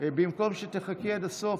במקום שתחכי עד הסוף,